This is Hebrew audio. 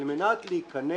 על מנת להיכנס